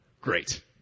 great